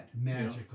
Magical